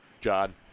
John